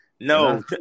No